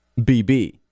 BB